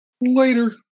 Later